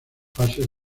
fases